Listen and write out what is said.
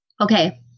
Okay